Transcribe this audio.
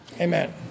Amen